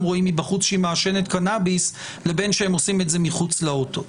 רואים מבחוץ שהיא מעשנת קנאביס לבין שהם עושים את זה מחוץ לאוטו.